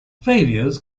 failures